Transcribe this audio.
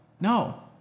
No